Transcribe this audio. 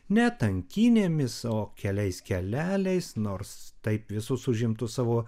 ne tankynėmis o keliais keleliais nors taip visus užimtus savo